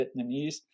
Vietnamese